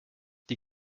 die